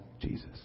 Jesus